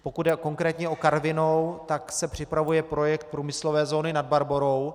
Pokud jde konkrétně o Karvinou, tak se připravuje projekt průmyslové zóny Nad Barborou.